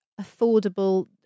affordable